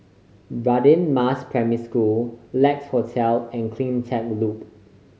Radin Mas Primary School Lex Hotel and Cleantech Loop